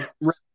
Right